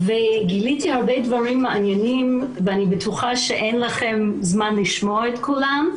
גיליתי הרבה דברים מעניינים ואני בטוחה שאין לכם זמן לשמוע את כולם,